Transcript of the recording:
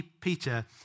Peter